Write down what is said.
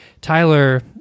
Tyler –